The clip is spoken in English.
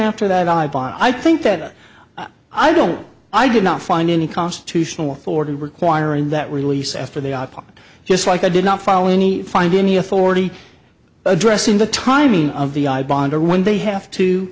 after that i bought i think that i don't i did not find any constitutional authority requiring that release after they are popped just like i did not follow any find any authority address in the timing of the i bond or when they have to